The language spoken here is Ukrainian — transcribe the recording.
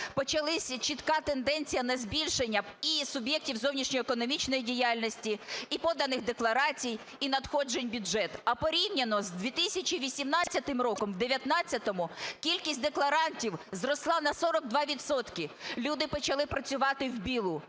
почалася чітка тенденція на збільшення і суб’єктів зовнішньоекономічної діяльності, і поданих декларацій, і надходжень в бюджет. А порівняно з 2018 роком в 19-му кількість декларантів зросла на 42 відсотки – люди почали працювати в білу.